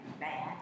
bad